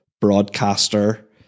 broadcaster